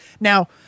Now